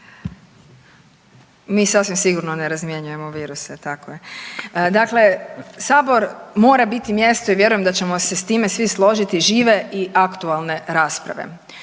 Mi sasvim sigurno ne razmjenjujemo viruse, tako je. Dakle, Sabor mora biti mjesto i vjerujem da ćemo se s time svi složiti žive i aktualne rasprave.